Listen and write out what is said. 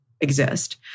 exist